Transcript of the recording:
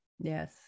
Yes